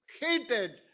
hated